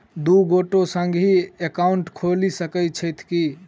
दु गोटे संगहि एकाउन्ट खोलि सकैत छथि की?